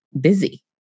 busy